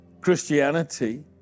Christianity